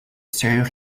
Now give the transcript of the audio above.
sûre